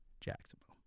Jacksonville